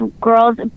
girls